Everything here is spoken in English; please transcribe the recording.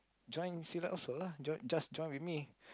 join Silat also lah joi~ just join with me